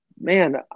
man